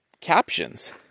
captions